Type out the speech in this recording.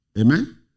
Amen